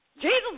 Jesus